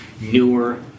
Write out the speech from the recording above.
newer